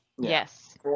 Yes